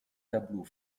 tableaux